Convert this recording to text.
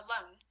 alone